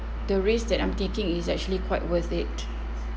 the risk that I'm taking is actually quite worth it